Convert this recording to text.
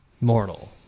mortal